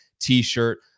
t-shirt